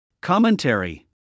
Commentary